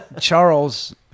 Charles